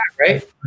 right